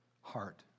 heart